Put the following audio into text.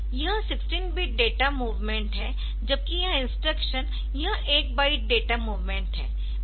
यह 16 bit data मूवमेंटहै जबकि यह इंस्ट्रक्शन यह एक बाइट डेटा मूवमेंटहै